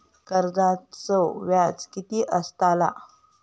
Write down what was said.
कर्जाचो व्याज कीती असताला?